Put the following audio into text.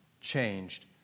changed